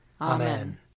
Amen